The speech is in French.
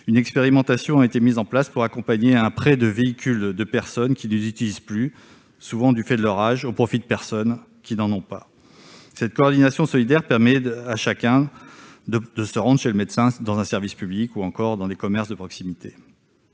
Une expérimentation a été mise en place pour accompagner le prêt de véhicules de personnes qui ne les utilisent plus, souvent du fait de leur âge, au profit de personnes qui n'en ont pas. Cette coordination solidaire permet à chacun de se rendre chez le médecin, dans un service public ou, encore, dans les commerces de proximité.